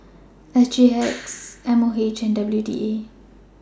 S G X M O H and W D A